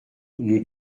nous